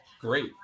great